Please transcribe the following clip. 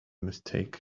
mistake